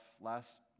last